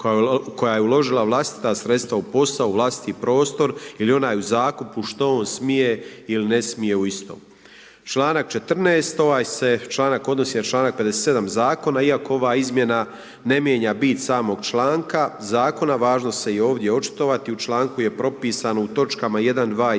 koja je uložila vlastita sredstva u posao u vlastiti prostor ili onaj u zakupu, što on smije ili ne smije u istom? Članak 14. ovaj se članak odnosi na čl. 57. zakona iako ova izmjena ne mijenja bit samoga članka zakona, važno se i ovdje očitovati, u članku je propisano u točkama 1., 2. i 3.